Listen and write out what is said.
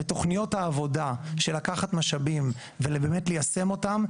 תוכניות העבודה של לקחת משאבים ובאמת ליישם אותם,